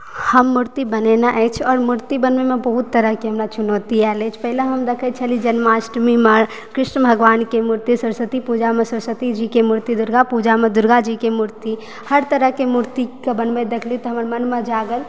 हम मूर्ती बनेनाइ अछि और मूर्ति बनबैमे बहुत तरह के चुनौती आयल अछि पहिले हम देखै छलियै जन्माष्टमीमे कृष्ण भगवान के मूर्ति सरस्वती पूजामे सरस्वतीजीके मूर्ति दुर्गापूजमे दुर्गाजी के मूर्ति हर तरह के मूर्ति कऽ बनबैत देखलहुॅं तऽ हमरा मोनमे जागल